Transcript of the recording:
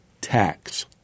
tax